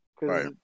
Right